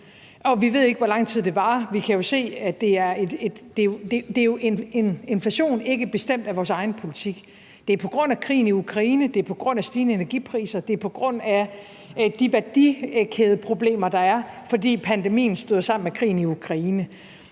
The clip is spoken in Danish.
vi ved ikke, hvor lang tid det varer. Vi kan jo se, at det er en inflation, der ikke er bestemt af vores egen politik. Det er på grund af krigen i Ukraine, det er på grund af stigende energipriser, det er på grund af de værdikædeproblemer, der er, fordi pandemien støder sammen med krigen i Ukraine.